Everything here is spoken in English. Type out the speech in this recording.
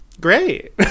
Great